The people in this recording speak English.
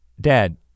Dad